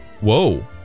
Whoa